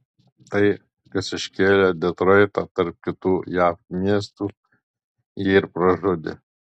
tai kas iškėlė detroitą tarp kitų jav miestų jį ir pražudė